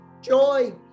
joy